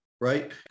right